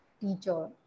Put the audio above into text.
teacher